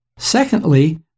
Secondly